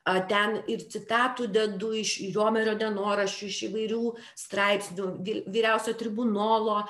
a ten ir citatų dedu iš riomerio dienoraščių iš įvairių straipsnių vi vyriausiojo tribunolo